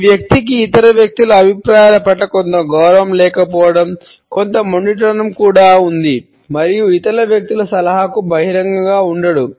ఈ వ్యక్తికి ఇతర వ్యక్తుల అభిప్రాయాల పట్ల కొంత గౌరవం లేకపోవడం కొంత మొండితనం కూడా ఉంది మరియు ఇతర వ్యక్తుల సలహాలకు బహిరంగంగా ఉండడు